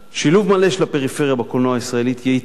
שילוב מלא של הפריפריה בקולנוע הישראלי יטיב,